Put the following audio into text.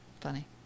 funny